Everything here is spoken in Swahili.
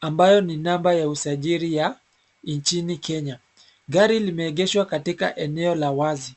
ambayo ni namba ya usajili ya, nchini Kenya, gari limeegeshwa katika eneo la wazi.